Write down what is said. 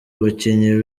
abakinnyi